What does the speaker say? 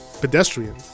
pedestrian